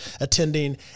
attending